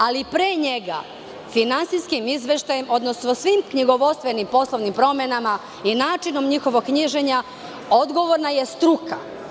Ali, pre njega finansijskim izveštajem, odnosno svim knjigovodstvenim poslovnim promenama i načinom njihovog knjiženja odgovorna je struka.